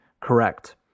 correct